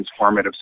transformative